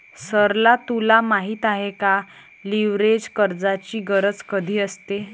सरला तुला माहित आहे का, लीव्हरेज कर्जाची गरज कधी असते?